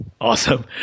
Awesome